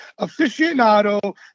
aficionado